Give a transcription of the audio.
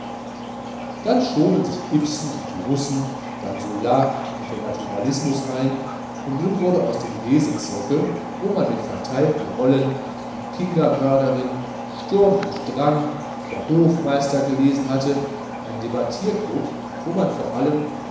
dann schoben sich ibsen und die russen dann zola und der naturalismus ein und nun wurde aus dem lesezirkel wo man mit verteilten rollen die kindermörderin sturm und drang der hofmeister gelesen hatte ein debattierklub wo man vor allem